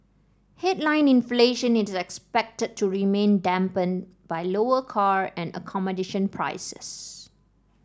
headline inflation is expected to remain dampened by lower car and accommodation prices